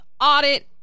audit